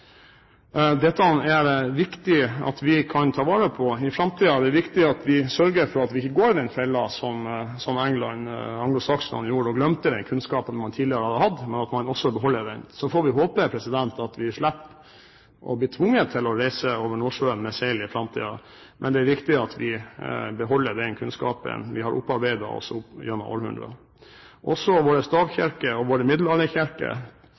Dette er det viktig at vi kan ta vare på i framtiden. Det er viktig at vi sørger for at vi ikke går i den fellen som angelsakserne gjorde, og glemmer den kunnskapen man tidligere hadde hatt, men at man beholder den. Så får vi håpe at vi slipper å bli tvunget til å reise over Nordsjøen med seil i framtiden. Det er viktig at vi beholder den kunnskapen vi har opparbeidet oss gjennom århundrene. Også våre stavkirker og våre